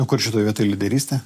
o kur šitoj vietoj lyderystė